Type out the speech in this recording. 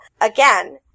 Again